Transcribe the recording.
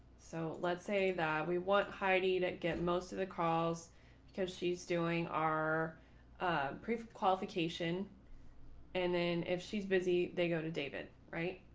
so let's say that we want heidi to get most of the calls because she's doing our qualification and then if she's busy, they go to david, right?